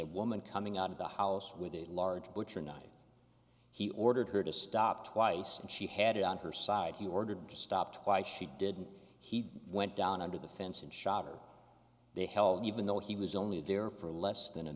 a woman coming out of the house with a large butcher knife he ordered her to stop twice and she had it on her side he ordered to stop twice she did and he went down under the fence and shot her the hell even though he was only there for less than a